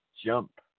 Jump